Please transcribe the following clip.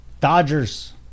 Dodgers